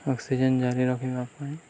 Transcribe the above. oxygen ଜାରି ରଖିବା ପାଇଁ